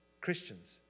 Christians